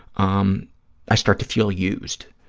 um i start to feel used,